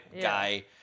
guy